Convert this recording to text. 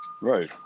Right